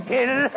Kill